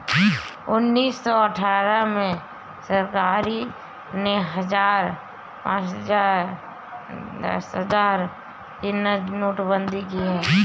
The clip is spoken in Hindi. उन्नीस सौ अठहत्तर में सरकार ने हजार, पांच हजार, दस हजार की नोटबंदी की